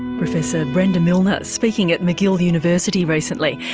professor brenda milner speaking at mcgill university recently.